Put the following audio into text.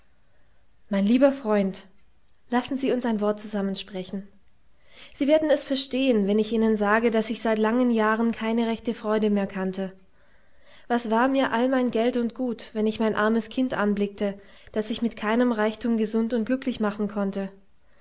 mein lieber freund lassen sie uns ein wort zusammen sprechen sie werden es verstehen wenn ich ihnen sage daß ich seit langen jahren keine rechte freude mehr kannte was war mir all mein geld und gut wenn ich mein armes kind anblickte das ich mit keinem reichtum gesund und glücklich machen konnte